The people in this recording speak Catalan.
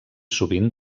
sovint